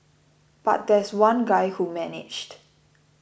but there's one guy who managed